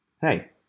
Hey